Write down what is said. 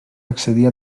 accedir